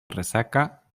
resaca